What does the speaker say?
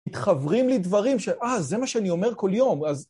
מתחוורים לי דברים, שאה, זה מה שאני אומר כל יום, אז...